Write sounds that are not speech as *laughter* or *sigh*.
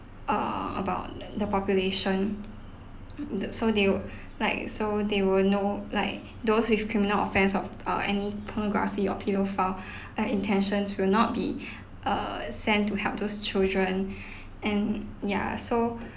uh about the population mm uh the so they will like so they will know like those with criminal offence of uh any pornography or paedophile *breath* uh intentions will not be *breath* uh sent to help those children *breath* and ya so